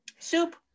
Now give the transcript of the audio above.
Soup